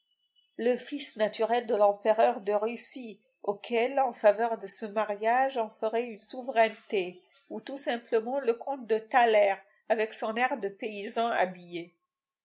le fils naturel de l'empereur de russie auquel en faveur de ce mariage on ferait une souveraineté ou tout simplement le comte de thaler avec son air de paysan habillé